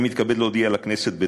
אני מתכבד להודיע לכנסת,